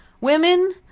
Women